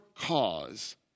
cause